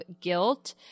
guilt